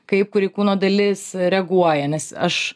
kaip kuri kūno dalis reaguoja nes aš